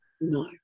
No